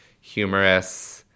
humorous